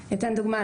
אני אתן דוגמה.